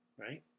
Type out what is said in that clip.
Right